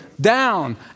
down